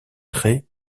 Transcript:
trait